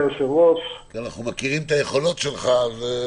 אנחנו מכירים את היכולות שלך.